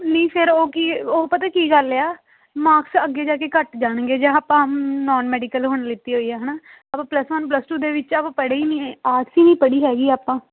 ਨਹੀਂ ਫਿਰ ਉਹ ਕੀ ਉਹ ਪਤਾ ਕੀ ਗੱਲ ਆ ਮਾਰਕਸ ਅੱਗੇ ਜਾ ਕੇ ਘੱਟ ਜਾਣਗੇ ਜਾਂ ਆਪਾਂ ਨੋਨ ਮੈਡੀਕਲ ਹੁਣ ਲਈ ਹੋਈ ਹੈ ਹੈ ਨਾ ਆਪਾਂ ਪਲਸ ਵਨ ਪਲਸ ਟੂ ਦੇ ਵਿੱਚ ਆਪਾਂ ਪੜ੍ਹੇ ਹੀ ਨਹੀਂ ਆਰਟਸ ਨਹੀਂ ਪੜ੍ਹੀ ਹੈਗੀ ਆਪਾਂ